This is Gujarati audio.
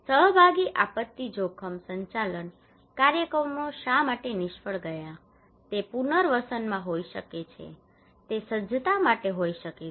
સહભાગી આપત્તિ જોખમ સંચાલન કાર્યક્રમો શા માટે નિષ્ફળ ગયા તે પુનર્વસનમાં હોઈ શકે છે તે સજ્જતા માટે હોઈ શકે છે